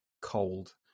cold